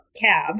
cab